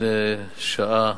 לפני שעה